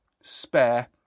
spare